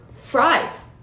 fries